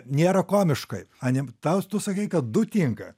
nėra komiškai ane tau tu sakei kad du tinka